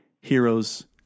Heroes